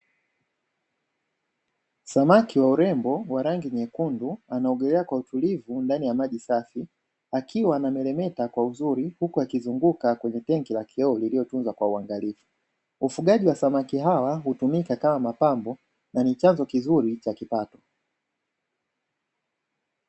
Samaki wa urembo wa rangi nyekundu anaogelea kwa utulivu ndani ya maji safi akiwa anameremeta kwa uzuri huku akizunguka kwenye tenki la kioo lililojengwa kwa uangalifu. Ufugaji wa samaki hawa hutumika kama mapambo na ni chanzo kizuri cha kipato.